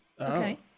okay